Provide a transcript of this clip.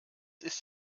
ist